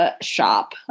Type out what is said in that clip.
shop